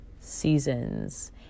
seasons